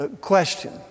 question